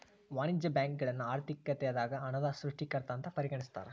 ವಾಣಿಜ್ಯ ಬ್ಯಾಂಕುಗಳನ್ನ ಆರ್ಥಿಕತೆದಾಗ ಹಣದ ಸೃಷ್ಟಿಕರ್ತ ಅಂತ ಪರಿಗಣಿಸ್ತಾರ